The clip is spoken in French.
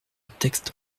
texte